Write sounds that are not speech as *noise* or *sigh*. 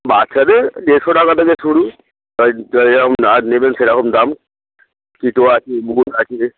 বাচ্চাদের দেড়শো টাকা থেকে শুরু যেরকম না নেবেন সেরকম দাম কিটো আছে *unintelligible* আছে